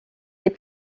est